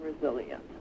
resilient